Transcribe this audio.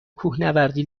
کوهنوردی